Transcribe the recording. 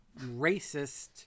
racist